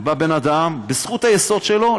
בבן אדם, בזכות היסוד שלו.